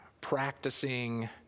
practicing